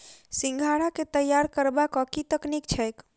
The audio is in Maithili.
सिंघाड़ा केँ तैयार करबाक की तकनीक छैक?